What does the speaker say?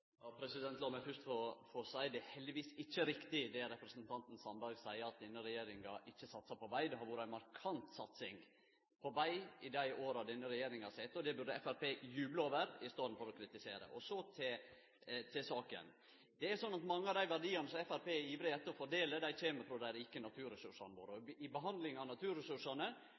heldigvis ikkje riktig det representanten Sandberg seier om at denne regjeringa ikkje satsar på veg. Det har vore ei markant satsing på veg i dei åra denne regjeringa har sete, og det burde Framstegspartiet juble over i staden for å kritisere. Så til saka: Det er sånn at mange av dei verdiane som Framstegspartiet er ivrig etter å fordele, kjem frå dei rike naturressursane våre. I behandlinga av naturressursane